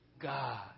God